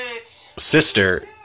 sister